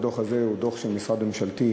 הדוח הזה הוא של משרד ממשלתי,